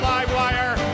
LiveWire